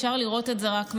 אפשר לראות את זה רק מהתמונות.